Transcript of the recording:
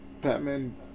Batman